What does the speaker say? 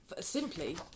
Simply